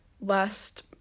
last